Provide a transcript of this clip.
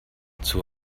zur